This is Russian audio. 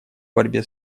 борьбе